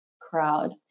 crowd